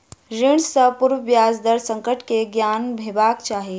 ऋण सॅ पूर्व ब्याज दर संकट के ज्ञान हेबाक चाही